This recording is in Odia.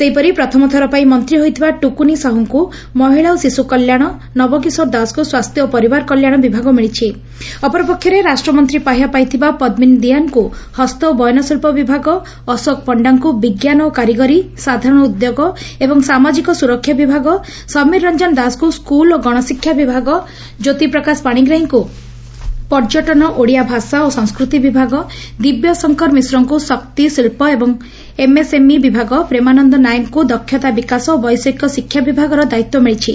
ସେହିପରି ପ୍ରଥମ ଥର ପାଇଁ ମନ୍ତୀ ହୋଇଥିବା ଟୁକୁନି ସାହୁଙ୍କୁ ମହିଳା ଓ ଶିଶୁ କଲ୍ୟାଶ ନବ କିଶୋର ଦାସଙ୍କୁ ସ୍ୱାସ୍ଥ୍ୟ ଓ ପରିବାର କଲ୍ୟାଶ ବିଭାଗ ମିଳିଛି ଅପରପକ୍ଷରେ ରାଷ୍ଟ୍ରମନ୍ଡୀ ପାହ୍ୟା ପାଇଥିବା ପଦ୍ପିନୀ ଦିଆନ୍ଙ୍କୁ ହସ୍ତ ଓ ବୟନ ଶିଳ୍ ବିଭାଗ ଅଶୋକ ପଶ୍ତାଙ୍କୁ ବିଙ୍କାନ ଓ କାରିଗରୀ ସାଧାରଣ ଉଦ୍ୟୋଗ ଏବଂ ସାମାଜିକ ସୁରକ୍ଷା ବିଭାଗ ସମୀର ରଞ୍ଚନ ଦାସଙ୍ଙୁ ସ୍କୁଲ ଓ ଗଣଶିକ୍ଷା ବିଭାଗ ଜ୍ୟୋତି ପ୍ରକାଶ ପାଣିଗ୍ରାହୀଙ୍କୁ ପର୍ଯ୍ୟଟନ ଓଡ଼ିଆ ଭାଷା ଓ ସଂସ୍କୃତି ବିଭାଗ ଦିବ୍ୟ ଶଙ୍କର ମିଶ୍ରଙ୍କୁ ଶକ୍ତି ଶିକ୍ବ ଏବଂ ଏମ୍ ଏସ୍ ଏମ୍ଇ ବିଭାଗ ପ୍ରେମାନନ ନାୟକଙ୍କୁ ଦକ୍ଷତା ବିକାଶ ଓ ବୈଷୟିକ ଶିକ୍ଷା ବିଭାଗର ଦାୟିତ୍ୱ ମିଳିଛି